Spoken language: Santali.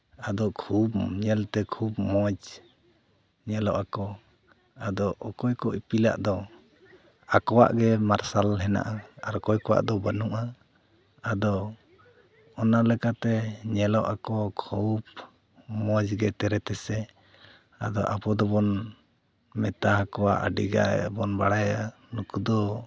ᱟᱫᱚ ᱠᱷᱩᱵ ᱧᱮᱞᱛᱮ ᱠᱷᱩᱵ ᱢᱚᱡᱽ ᱧᱮᱞᱚᱜ ᱟᱠᱚ ᱟᱫᱚ ᱚᱠᱚᱭ ᱠᱚ ᱤᱯᱤᱞᱟᱜ ᱫᱚ ᱟᱠᱚᱣᱟᱜ ᱜᱮ ᱢᱟᱨᱥᱟᱞ ᱦᱮᱱᱟᱜᱼᱟ ᱟᱨ ᱚᱠᱚᱭ ᱠᱚᱣᱟᱜ ᱫᱚ ᱵᱟᱹᱱᱩᱜᱼᱟ ᱟᱫᱚ ᱚᱱᱟ ᱞᱮᱠᱟᱛᱮ ᱧᱮᱞᱚᱜ ᱟᱠᱚ ᱠᱷᱩᱵ ᱢᱚᱡᱽᱜᱮ ᱛᱮᱨᱮ ᱛᱮᱥᱮ ᱟᱫᱚ ᱟᱵᱚ ᱫᱚᱵᱚᱱ ᱢᱮᱛᱟ ᱠᱚᱣᱟ ᱟᱹᱰᱤ ᱜᱮᱵᱚᱱ ᱵᱟᱲᱟᱭᱟ ᱱᱩᱠᱩᱫᱚ